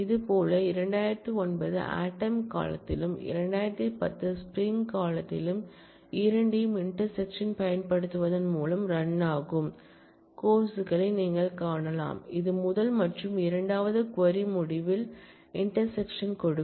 இதேபோல் 2009 ஆட்டம் காலத்திலும் 2010 ஸ்ப்ரிங் காலத்திலும் இரண்டையும் இன்டேர்சக்க்ஷன் பயன்படுத்துவதன் மூலம் ரன்னாகும் கோர்ஸ் களை நீங்கள் காணலாம் இது முதல் மற்றும் இரண்டாவது க்வரி முடிவின் இன்டெர்செக்ஷன் கொடுக்கும்